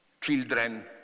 children